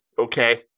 okay